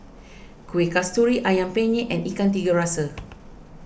Kueh Kasturi Ayam Penyet and Ikan Tiga Rasa